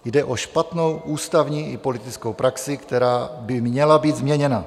Jde o špatnou ústavní i politickou praxi, která by měla být změněna.